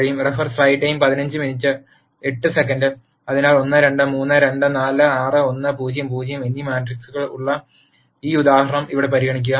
അതിനാൽ 1 2 3 2 4 6 1 0 0 എന്ന മാട്രിക്സ് ഉള്ള ഈ ഉദാഹരണം ഇവിടെ പരിഗണിക്കുക